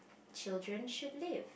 children should live